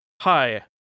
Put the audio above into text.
hi